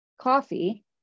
coffee